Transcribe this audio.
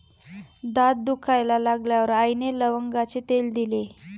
दात दुखायला लागल्यावर आईने लवंगाचे तेल दिले